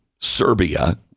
Serbia